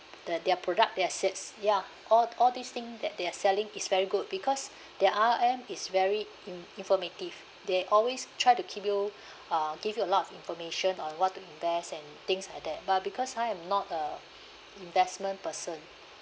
that their product their assets ya all all these thing that they are selling is very good because their R_M is very in~ informative they always try to keep you uh give you a lot of information on what to invest and things like that but because I'm not a investment person